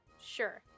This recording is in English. Sure